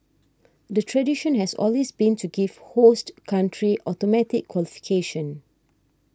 the tradition has always been to give host country automatic qualification